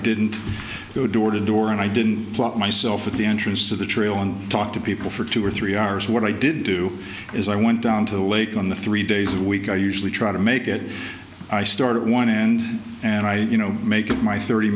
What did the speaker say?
didn't go door to door and i didn't plot myself at the entrance to the trail and talk to people for two or three hours what i did do is i went down to the lake on the three days a week i usually try to make it i started one and and i you know make it my thirty